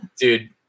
Dude